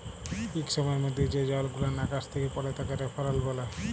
ইক সময়ের মধ্যে যে জলগুলান আকাশ থ্যাকে পড়ে তাকে রেলফল ব্যলে